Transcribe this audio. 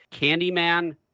Candyman